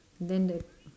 then that